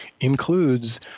includes